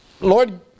Lord